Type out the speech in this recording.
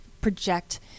project